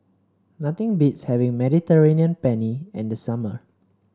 nothing beats having Mediterranean Penne in the summer